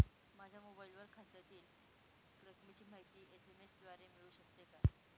माझ्या मोबाईलवर खात्यातील रकमेची माहिती एस.एम.एस द्वारे मिळू शकते का?